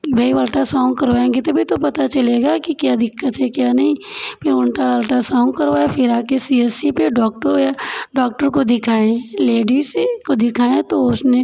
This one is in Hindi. कि भई वो अल्ट्रासाउन्ड करवाएंगे तभी तो पता चलेगा कि क्या दिक्कत है क्या नहीं फिर उनका अल्टासाउन्ड करवाए फिर आके सी एस सी पे डॉक्टरों या डॉक्टर को दिखाऍं लेडीज़ ही को दिखाऍं तो उसने